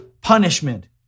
punishment